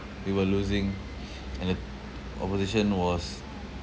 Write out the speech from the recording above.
we were losing and the opposition was